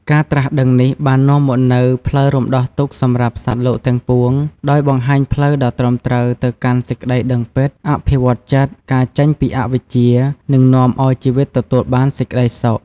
ការត្រាស់ដឹងនេះបាននាំមកនូវផ្លូវរំដោះទុក្ខសម្រាប់សត្វលោកទាំងពួង ដោយបង្ហាញផ្លូវដ៏ត្រឹមត្រូវទៅកាន់សេចក្ដីដឹងពិត អភិវឌ្ឍន៍ចិត្ត ចាកចេញពីអវិជ្ជា និងនាំឲ្យជីវិតទទួលបានសេចក្ដីសុខ។